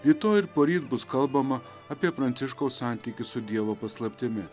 rytoj poryt bus kalbama apie pranciškaus santykį su dievo paslaptimi